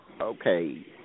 Okay